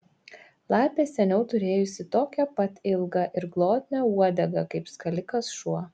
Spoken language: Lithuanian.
lapė seniau turėjusi tokią pat ilgą ir glotnią uodegą kaip skalikas šuo